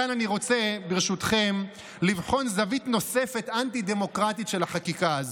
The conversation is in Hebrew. כאן אני רוצה ברשותכם לבחון זווית נוספת אנטי-דמוקרטית של החקיקה הזו.